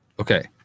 Okay